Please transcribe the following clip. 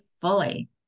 fully